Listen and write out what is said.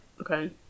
Okay